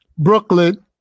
brooklyn